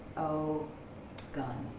oh gun.